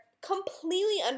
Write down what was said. completely